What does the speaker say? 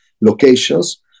locations